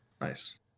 Nice